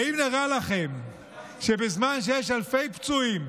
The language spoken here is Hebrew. האם נראה לכם שבזמן שיש אלפי פצועים